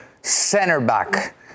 center-back